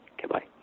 Goodbye